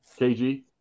KG